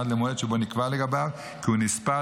עד למועד שבו נקבע לגביו כי הוא נספה